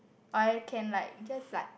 I can like just like